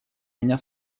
меня